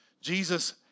Jesus